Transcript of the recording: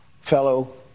fellow